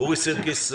אורי סירקיס,